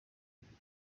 ibintu